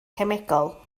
cemegol